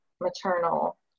maternal